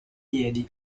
piedi